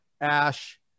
ash